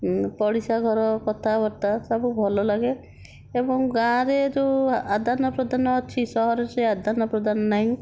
ପଡ଼ିଶା ଘର କଥାବାର୍ତ୍ତା ସବୁ ଭଲ ଲାଗେ ଏବଂ ଗାଁରେ ଯେଉଁ ଆଦାନ ପ୍ରଦାନ ଅଛି ସହରରେ ସେହି ଆଦାନ ପ୍ରଦାନ ନାହିଁ